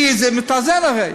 כי זה מתאזן הרי.